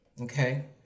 Okay